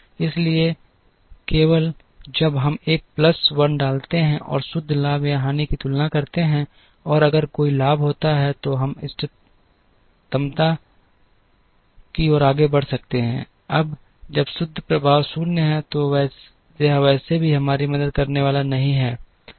इसलिए केवल जब हम एक प्लस 1 डालते हैं और शुद्ध लाभ या हानि की तुलना करते हैं और अगर कोई लाभ होता है तो हम इष्टतमता की ओर आगे बढ़ सकते हैं अब जब शुद्ध प्रभाव 0 है तो यह वैसे भी हमारी मदद करने वाला नहीं है